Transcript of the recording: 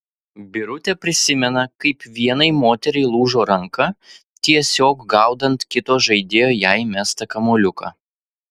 birutė prisimena kaip vienai moteriai lūžo ranka tiesiog gaudant kito žaidėjo jai mestą kamuoliuką